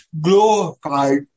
glorified